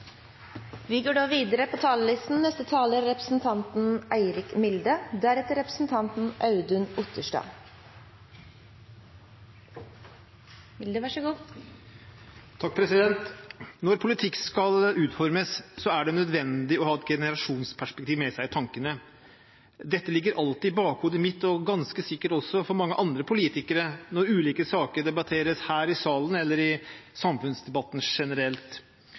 Når politikk skal utformes, er det nødvendig å ha et generasjonsperspektiv med seg i tankene. Dette ligger alltid i bakhodet mitt og ganske sikkert også hos mange andre politikere når ulike saker debatteres her i salen eller i samfunnsdebatten generelt.